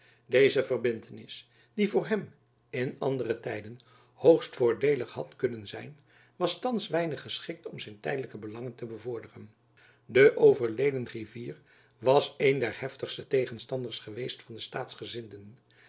deze verbintenis die voor hem in andere tijden hoogst voordeelig had kunnen zijn was thands weinig geschikt om zijn tijjacob van lennep elizabeth musch delijke belangen te bevorderen de overleden griffier was een der hevigste tegenstanders geweest van de